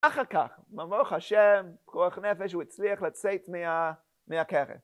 אחר כך, ברוך ה' השם, פיקוח נפש, הוא הצליח לצאת מהכרת.